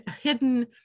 hidden